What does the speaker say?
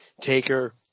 Taker